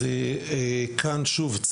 כאן שוב,